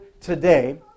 today